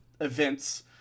events